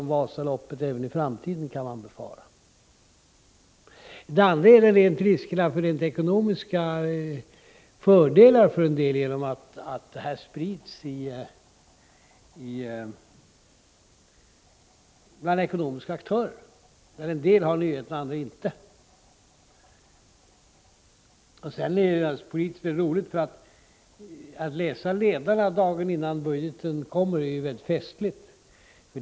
Man kan befara att publiceringen av budgetpropositionen kommer att bli som ett Vasalopp även i framtiden. Det finns också risk för att vissa får rent ekonomiska fördelar genom att innehållet i budgetpropositionen sprids bland ekonomiska aktörer. En del har nyheten, andra inte. Politiskt sett är det mycket festligt att dagarna innan budgetpropositionen presenteras läsa ledarna i tidningarna.